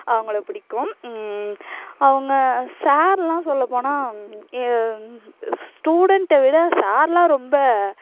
அவங்களை பிடிக்கும் அவங்க சார்லாம் சொல்லப்போனால் ஸ்டூடண்ட்டை விட சார்லாம் ரொம்ப